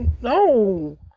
No